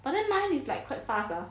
but then mine is like quite fast ah